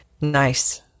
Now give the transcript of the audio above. nice